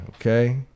okay